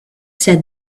said